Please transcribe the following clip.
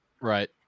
right